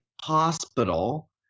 hospital